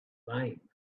lame